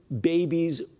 babies